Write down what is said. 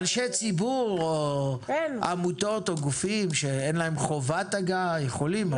אנשי ציבור או עמותות או גופים שאין להם חובת הגעה יכולים,